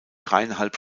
dreieinhalb